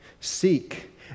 Seek